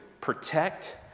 protect